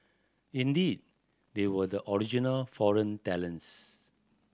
indeed they were the original foreign talents